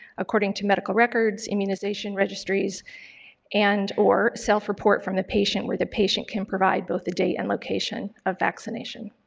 according to medical records, immunization registries and, or self-report from the patient where the patient can provide both the date and location of vaccination.